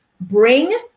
bring